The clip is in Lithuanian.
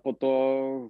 po to